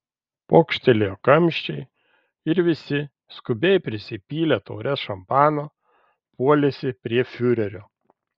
pokštelėjo kamščiai ir visi skubiai prisipylę taures šampano puolėsi prie fiurerio